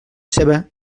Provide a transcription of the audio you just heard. ceba